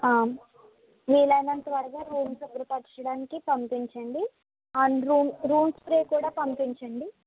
వీలైనంత త్వరగా రూమ్ శుభ్రపరచడానికి పంపించండి అందులో రూమ్ స్ప్రే కూడా పంపించండి